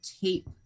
tape